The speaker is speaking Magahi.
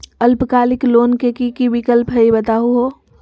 अल्पकालिक लोन के कि कि विक्लप हई बताहु हो?